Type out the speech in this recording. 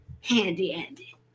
handy-andy